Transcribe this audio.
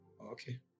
okay